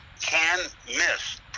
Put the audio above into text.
can-miss